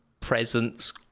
presence